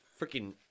freaking